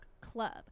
club